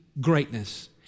greatness